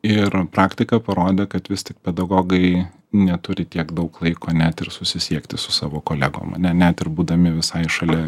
ir praktika parodė kad vis tik pedagogai neturi tiek daug laiko net ir susisiekti su savo kolegom ane net ir būdami visai šalia